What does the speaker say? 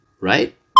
Right